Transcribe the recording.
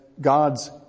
God's